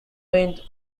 went